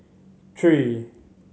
three